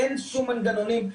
אין שום מנגנונים.